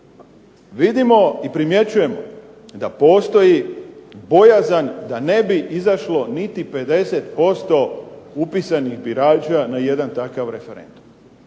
Vidimo i primjećujemo da postoji bojazan da ne bi izašlo niti 50% upisanih birača na jedan takav referendum.